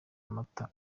amata